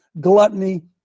Gluttony